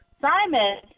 Simon